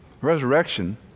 Resurrection